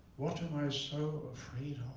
what am i so afraid